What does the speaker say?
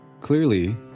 Clearly